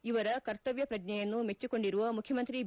ಇವರ ಕರ್ತವ್ಯ ಪ್ರಜ್ವೆಯನ್ನು ಮೆಚ್ಚಕೊಂಡಿರುವ ಮುಖ್ಯಮಂತ್ರಿ ಬಿ